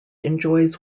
enjoys